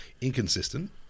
inconsistent